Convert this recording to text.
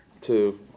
Two